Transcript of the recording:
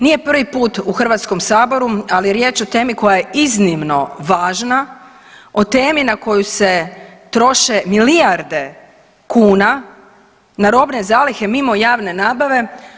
Nije prvi put u Hrvatskom saboru, ali je riječ o temi koja je iznimno važna, o temi na koju se troše milijarde kuna, na robne zalihe mimo javne nabave.